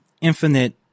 infinite